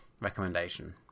recommendation